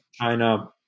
China